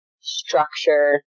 structure